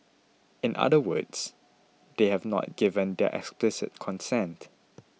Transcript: in other words they have not given their explicit consent